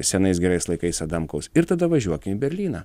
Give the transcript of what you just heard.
senais gerais laikais adamkaus ir tada važiuokim į berlyną